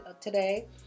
today